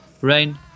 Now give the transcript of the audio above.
rain